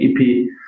EP